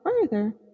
further